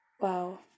Wow